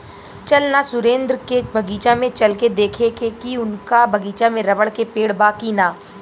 चल ना सुरेंद्र के बगीचा में चल के देखेके की उनका बगीचा में रबड़ के पेड़ बा की ना